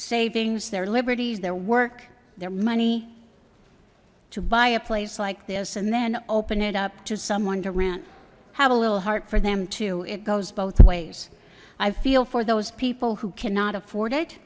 savings their liberties their work their money to buy a place like this and then open it up to someone to rent have a little heart for them to it goes both ways i feel for those people who cannot afford it